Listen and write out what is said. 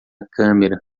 câmera